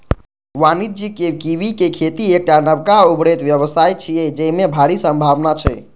वाणिज्यिक कीवीक खेती एकटा नबका उभरैत व्यवसाय छियै, जेमे भारी संभावना छै